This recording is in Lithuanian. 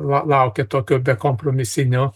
laukia tokio bekompromisinio